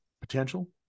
potential